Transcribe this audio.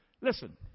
listen